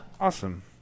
Awesome